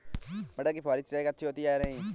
मटर में फुहरी सिंचाई अच्छी होती है या नहीं?